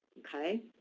okay.